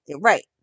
Right